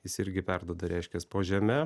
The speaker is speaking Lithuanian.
jis irgi perduoda reiškias po žeme